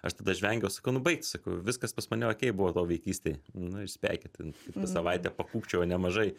aš tada žvengiau sakau nu baikit sakau viskas pas mane okei buvo toj vaikystėj nu ir spėkit ten kitą savaitę pakūkčiojau nemažai